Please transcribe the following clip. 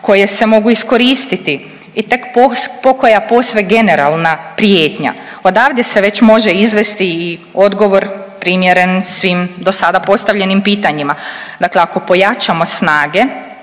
koje se mogu iskoristiti i tek pokoja posve generalna prijetnja. Odavde se već može izvesti i odgovor primjeren svim dosada postavljenim pitanjima. Dakle, ako pojačamo snage,